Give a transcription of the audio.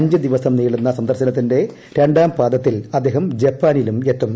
അഞ്ച് ദിവസം നീളുന്ന സന്ദർശനത്തിന്റെ രണ്ടാം പാദത്തിൽ അദ്ദേഹം ജപ്പാനിലും എത്തും